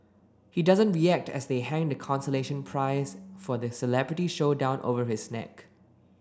he doesn't react as they hang the consolation prize for the celebrity showdown over his neck